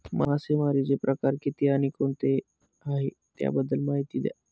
मासेमारी चे प्रकार किती आणि कोणते आहे त्याबद्दल महिती द्या?